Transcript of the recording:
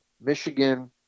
Michigan